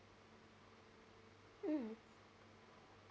mm